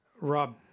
Rob